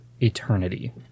eternity